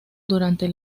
durante